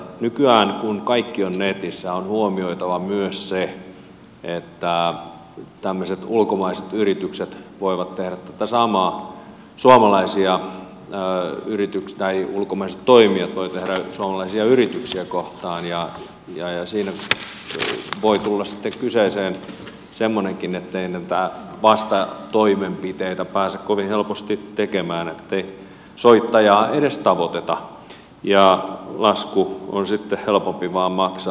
nykyään kun kaikki on netissä on huomioitava myös se että ulkomaiset toimijat voivat tehdä tätä samaa suomalaisia ja yritykset tai ulkomaiset toimi tuollaisia yrityksiä kohtaan ja siinä voi tulla sitten kyseeseen semmoinenkin ettei näitä vastatoimenpiteitä pääse kovin helposti tekemään ettei soittajaa edes tavoiteta ja lasku on sitten helpompi vain maksaa